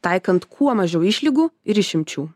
taikant kuo mažiau išlygų ir išimčių